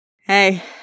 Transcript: Hey